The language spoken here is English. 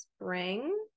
spring